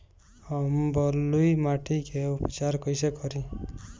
हम बलुइ माटी के उपचार कईसे करि?